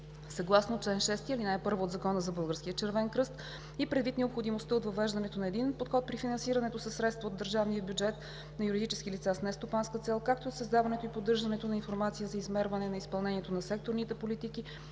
Съгласно чл. 6, ал. 1 от Закона за Българския червен кръст и предвид необходимостта от въвеждането на единен подход при финансирането със средства от държавния бюджет на юридически лица с нестопанска цел, както и от създаването и поддържането на информация за измерване на изпълнението на секторните политики